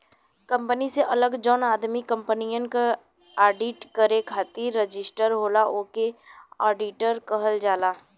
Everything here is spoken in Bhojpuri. कंपनी से अलग जौन आदमी कंपनियन क आडिट करे खातिर रजिस्टर होला ओके आडिटर कहल जाला